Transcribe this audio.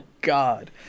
God